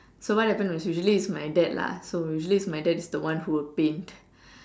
so what happen was usually it's my dad lah so usually it's my dad who would paint